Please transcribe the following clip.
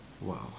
Wow